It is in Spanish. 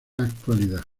actualidad